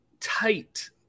tight